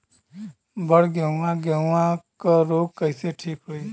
बड गेहूँवा गेहूँवा क रोग कईसे ठीक होई?